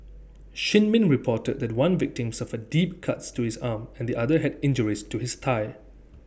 shin min reported that one victim suffered deep cuts to his arm and the other had injuries to his thigh